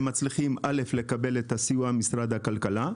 הם מצליחים לקבל סיוע ממשרד הכלכלה,